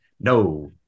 No